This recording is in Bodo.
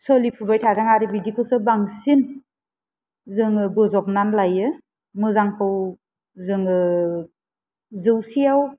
सोलिफुबाय थादों आरो बेफोरखौसो बांसिन जोङो बज'बनानै लायो मोजांखौ जोङो जौसेयाव